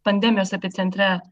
pandemijos epicentre